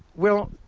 well,